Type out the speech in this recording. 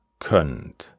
könnt